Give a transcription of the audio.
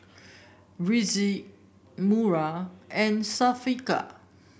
Rizqi Wira and Syafiqah